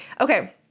Okay